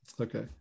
Okay